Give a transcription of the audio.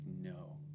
no